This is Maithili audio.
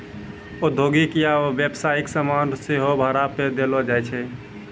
औद्योगिक या व्यवसायिक समान सेहो भाड़ा पे देलो जाय छै